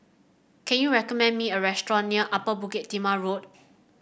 can you recommend me a restaurant near Upper Bukit Timah Road